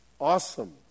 awesome